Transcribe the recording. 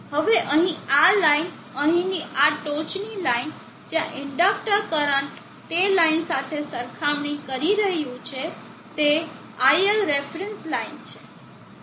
હવે અહીં આ લાઇન અહીંની આ ટોચની લાઇન જ્યાં ઇન્ડક્ટર કરંટ તે લાઇન સાથે સરખામણી કરી રહ્યું છે તે iL રેફરન્સ લાઇન છે